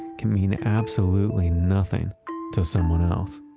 can mean absolutely nothing to someone else